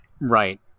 right